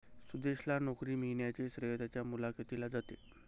सुदेशला नोकरी मिळण्याचे श्रेय त्याच्या मुलाखतीला जाते